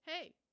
Hey